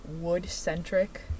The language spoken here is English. wood-centric